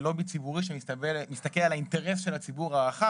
כלובי ציבורי שמסתכל על האינטרס של הציבור הרחב.